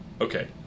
Okay